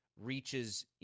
reaches